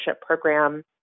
Program